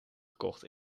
gekocht